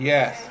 Yes